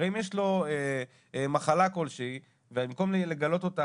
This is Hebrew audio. אם יש לו מחלה כלשהי ובמקום לגלות אותה